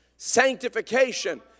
sanctification